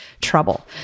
trouble